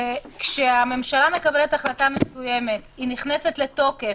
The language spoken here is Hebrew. כשהממשלה מקבלת החלטה מסוימת, היא נכנסת לתוקף.